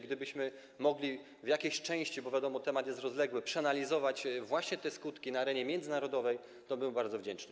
Gdybyśmy mogli w jakiejś części, bo wiadomo, temat jest rozległy, przeanalizować właśnie te skutki na arenie międzynarodowej, to byłbym bardzo wdzięczny.